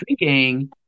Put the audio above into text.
drinking